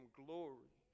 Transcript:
glory